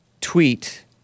tweet